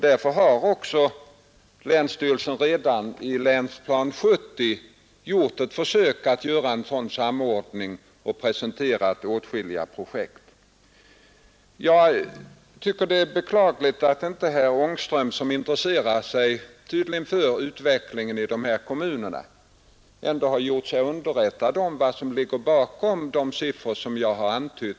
Därför har också länsstyrelsen i Västerbotten redan i Länsplan 70 gjort ett försök till samordning och presenterat åtskilliga projekt. Det är beklagligt att inte herr Ångström, som tydligen intresserar sig för utvecklingen i dessa kommuner, har gjort sig underrättad om vad som ligger bakom de siffror som jag har nämnt.